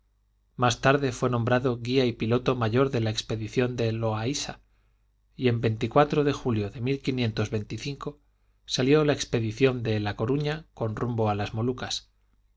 más tarde fué nombrado guía y piloto mayor de la expedición de loaisa y en de julio de salió la expedición de la coruña con rumbo a las molucas